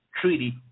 Treaty